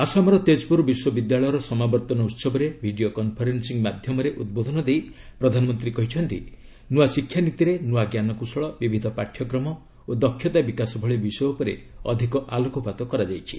ଆସାମର ତେଜପୁର ବିଶ୍ୱବିଦ୍ୟାଳୟର ସମାବର୍ତ୍ତନ ଉତ୍ସବରେ ଭିଡ଼ିଓ କନଫରେନ୍ନିଂ ମାଧ୍ୟମରେ ଉଦ୍ବୋଧନ ଦେଇ ପ୍ରଧାନମନ୍ତ୍ରୀ କହିଛନ୍ତି ନୃଆ ଶିକ୍ଷାନୀତିରେ ନୂଆ ଜ୍ଞାନକୌଶଳ ବିବିଧ ପାଠ୍ୟକ୍ରମ ଓ ଦକ୍ଷତା ବିକାଶ ଭଳି ବିଷୟ ଉପରେ ଅଧିକ ଆଲୋକପାତ କରାଯାଇଛି